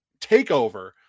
takeover